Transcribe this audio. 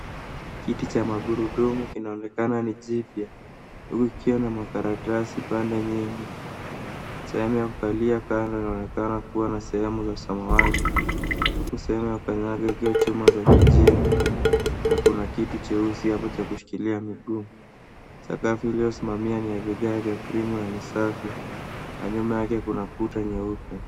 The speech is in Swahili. Kiti cha magurudumu kinaonekana ni jipya huku kukiwa na makaratasi pande nyingi. Sehemu ya kukaalia kando inaonekana kuwa na sehemu za samawati huku sehemu ya kukanyaga ikiwa chuma za kijivu na kitu cheusi hapo cha kushikilia miguu. Sakafu iliyosimamia ni ya vigae vya krimu na ni safi na nyuma yake kuna kuta nyeupe.